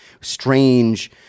strange